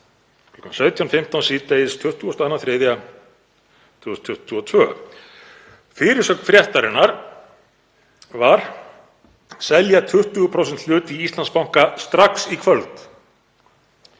17.15 síðdegis. Fyrirsögn fréttarinnar var: Selja 20% hlut í Íslandsbanka strax í kvöld.